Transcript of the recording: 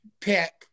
pick